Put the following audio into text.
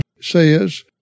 says